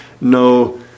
no